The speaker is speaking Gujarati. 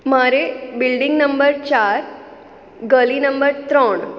મારે બિલ્ડિંગ નંબર ચાર ગલી નંબર ત્રણ